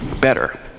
better